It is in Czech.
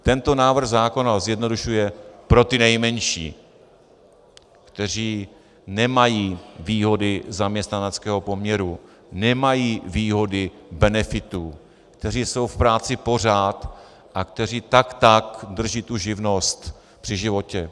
Tento návrh zákona ho zjednodušuje pro ty nejmenší, kteří nemají výhody zaměstnaneckého poměru, nemají výhody benefitů, kteří jsou v práci pořád a kteří taktak drží tu živnost při životě.